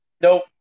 Nope